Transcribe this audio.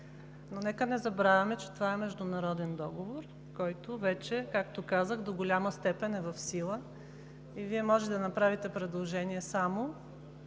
Нека не забравяме, че това е международен договор, който вече, както казах, до голяма степен е в сила. Вие може да направите предложение само